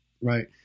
right